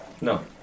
No